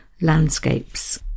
landscapes